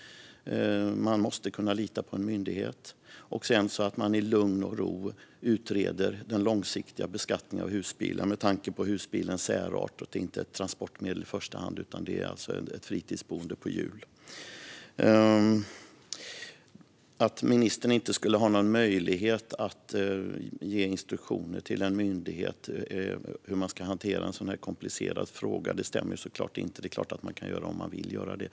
Man måste kunna lita på en myndighet. Sedan ska man i lugn och ro utreda den långsiktiga beskattningen av husbilar, med tanke på husbilens särart. Den är inte i första hand ett transportmedel utan ett fritidsboende på hjul. Att ministern inte skulle ha möjlighet att ge instruktioner till en myndighet om hur den ska hantera en sådan här komplicerad fråga stämmer givetvis inte. Det är klart att han kan göra det om han vill göra det.